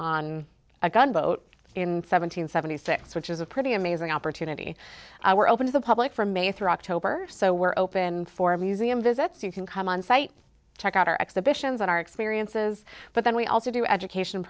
on a gunboat in seven hundred seventy six which is a pretty amazing opportunity we're open to the public from may through october so we're open for museum visits you can come on site check out our exhibitions at our experiences but then we also do education